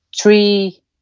three